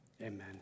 Amen